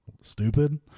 stupid